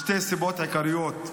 משתי סיבות עיקריות: